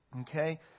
okay